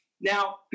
Now